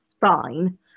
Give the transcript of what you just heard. fine